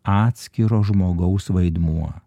atskiro žmogaus vaidmuo